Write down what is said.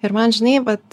ir man žinai vat